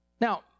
Now